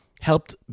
helped